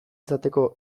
izateko